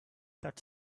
that